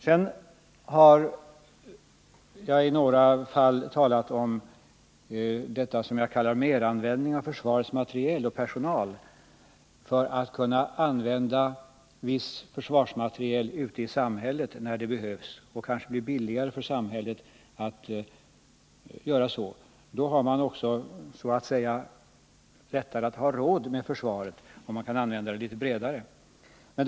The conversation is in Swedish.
Sedan har jag i några fall talat om vad jag kallar meranvändning av försvarets materiel och personal för att kunna utnyttja viss försvarsmateriel ute i samhället, när det behövs och när det kanske blir billigare för samhället att göra så. Då har man även så att säga lättare att ”ha råd med” försvarets kostnader, eftersom man kan använda det litet bredare i samhällets tjänst.